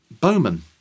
Bowman